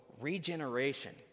regeneration